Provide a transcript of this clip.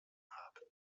haben